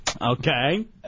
Okay